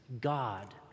God